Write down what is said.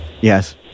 Yes